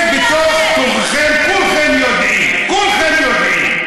בתוך-תוככם כולכם יודעים, כולכם יודעים,